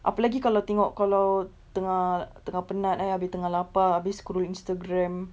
apa lagi kalau tengok kalau tengah tengah penat eh habis tengah lapar habis scroll instagram